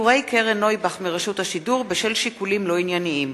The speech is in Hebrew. פיטורי קרן נויבך מרשות השידור בשל שיקולים לא ענייניים,